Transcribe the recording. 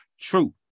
true